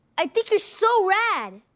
i think you're so rad!